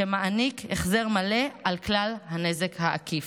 שמעניקות החזר מלא על כלל הנזק העקיף.